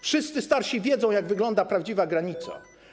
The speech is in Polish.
Wszyscy starsi wiedzą, jak wygląda prawdziwa granica.